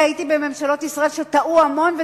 אני הייתי בממשלות ישראל שטעו המון,